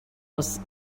was